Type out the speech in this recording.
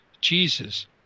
Jesus